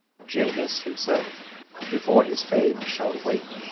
janus himself before his fane shall wait,